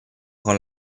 con